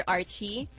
Archie